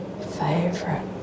favorite